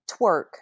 twerk